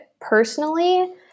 personally